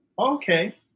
okay